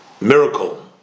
miracle